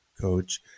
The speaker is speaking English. coach